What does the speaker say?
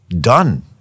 Done